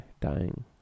dying